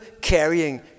carrying